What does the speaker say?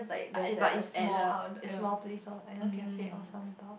I but is at a small place lor either cafe or some bar